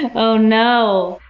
ah oh no.